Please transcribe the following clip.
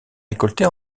récoltée